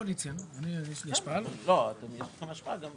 (הישיבה נפסקה בשעה 10:04